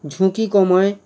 ঝুঁকি কমায়